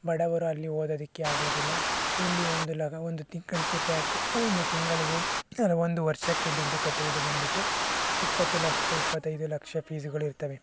ಬಡವರು ಅಲ್ಲಿ ಓದೋದಕ್ಕೆ ಆಗೋದಿಲ್ಲ ಇಲ್ಲಿ ಒಂದು ಲ ತಿಂಗಳಿಗೆ ಪ್ಯಾಕೆಟ್ ಒಂದು ತಿಂಗಳಿಗೆ ಒಂದು ವರ್ಷಕ್ಕೆ ದುಡ್ಡು ಕಟ್ಟುವುದು ಬಂದ್ಬಿಟ್ಟು ಇಪ್ಪತ್ತು ಲಕ್ಷ ಇಪ್ಪತ್ತೈದು ಲಕ್ಷ ಫೀಸುಗಳು ಇರ್ತವೆ